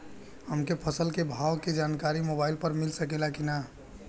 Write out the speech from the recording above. हमके फसल के भाव के जानकारी मोबाइल पर मिल सकेला की ना?